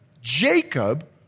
Jacob